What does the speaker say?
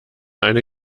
eine